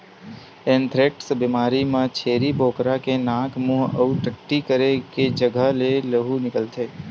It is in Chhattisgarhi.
एंथ्रेक्स बेमारी म छेरी बोकरा के नाक, मूंह अउ टट्टी करे के जघा ले लहू निकलथे